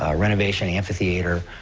ah renovation, amphitheater,